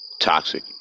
toxic